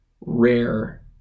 rare